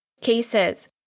cases